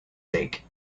sake